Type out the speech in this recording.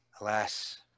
Alas